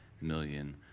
million